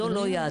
זו לא יהדות.